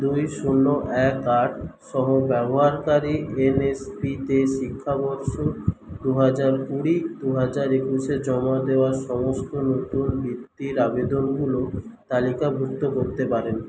দুই শূন্য এক আট সহ ব্যবহারকারী এন এস পিতে শিক্ষাবর্ষ দু হাজার কুড়ি দু হাজার একুশে জমা দেওয়া সমস্ত নতুন বৃত্তির আবেদনগুলো তালিকাভুক্ত করতে পারেন